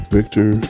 Victor